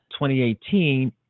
2018